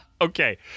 Okay